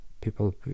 People